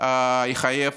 יחייב